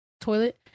toilet